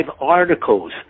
articles